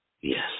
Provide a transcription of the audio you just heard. Yes